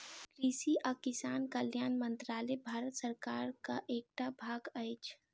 कृषि आ किसान कल्याण मंत्रालय भारत सरकारक एकटा भाग अछि